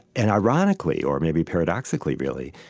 and ironically, or maybe paradoxically really,